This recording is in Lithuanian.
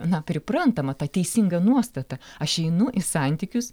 na priprantama tad teisinga nuostata aš einu į santykius